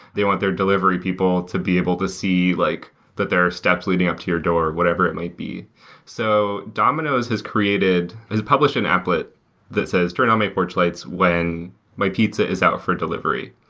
they want their delivery people to be able to see like that there are steps leading up to your door, whatever it might be so domino's has created has published an applet that says, turn on my porch lights when my pizza is out for delivery.